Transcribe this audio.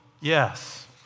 Yes